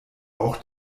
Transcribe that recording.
auch